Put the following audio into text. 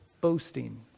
boasting